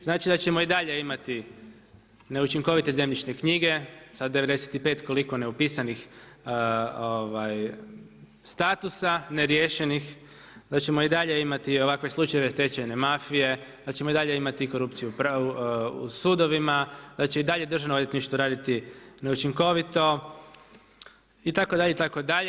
Znači da ćemo i dalje imati neučinkovite zemljišne knjige sa 95 koliko neupisanih statusa, neriješenih, da ćemo i dalje imati ovakve slučajeve stečajne mafije, da ćemo i dalje imati korupciju u sudovima, da će i dalje Državno odvjetništvo raditi neučinkovito itd. itd.